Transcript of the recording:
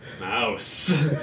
Mouse